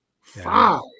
five